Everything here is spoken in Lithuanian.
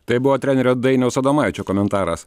tai buvo trenerio dainiaus adomaičio komentaras